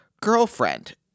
girlfriend